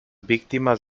víctimas